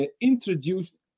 introduced